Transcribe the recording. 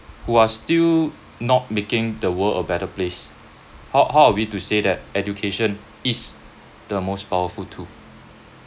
who are still not making the world a better place how how are we to say that education is the most powerful tool